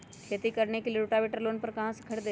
खेती करने के लिए रोटावेटर लोन पर कहाँ से खरीदे?